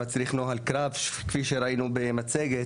שמצריך נוהל קרב כפי שראינו במצגת,